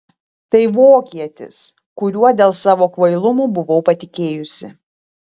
tai vokietis kuriuo dėl savo kvailumo buvau patikėjusi